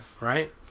Right